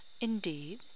Indeed